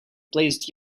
placed